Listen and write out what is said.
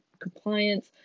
compliance